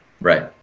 Right